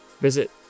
Visit